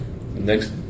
Next